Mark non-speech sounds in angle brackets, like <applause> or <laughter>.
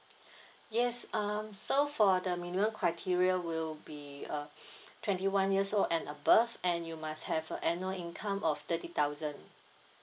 <breath> yes uh so for the minimum criteria will be uh <breath> twenty one years old and above and you must have a annual income of thirty thousand